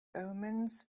omens